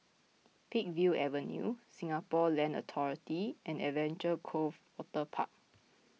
Peakville Avenue Singapore Land Authority and Adventure Cove Waterpark